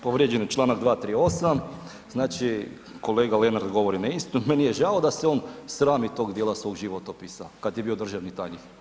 Povrijeđen je Članak 238., znači kolega Lenart govori neistinu, meni je žao da se on srami tog dijela svog životopisa, kad je bio državni tajnik.